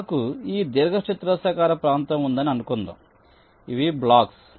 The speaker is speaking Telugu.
నాకు ఈ దీర్ఘచతురస్రాకార ప్రాంతం ఉందని అనుకుందాం ఇవి బ్లాక్స్